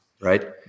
right